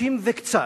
60 וקצת.